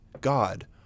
God